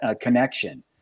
connection